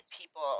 people